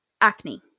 acne